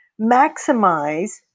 maximize